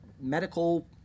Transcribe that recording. medical